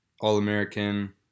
all-American